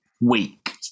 week